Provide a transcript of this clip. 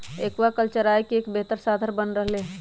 aquaculture आय के एक बेहतर साधन बन रहले है